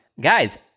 guys